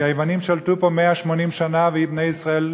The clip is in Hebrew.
כי היוונים שלטו פה 180 שנה ובני ישראל,